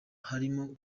harimo